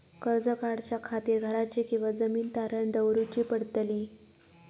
कर्ज काढच्या खातीर घराची किंवा जमीन तारण दवरूची पडतली?